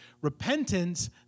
Repentance